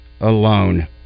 alone